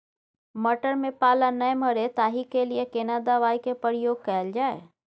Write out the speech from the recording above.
मटर में पाला नैय मरे ताहि के लिए केना दवाई के प्रयोग कैल जाए?